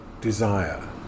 desire